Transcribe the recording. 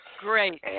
Great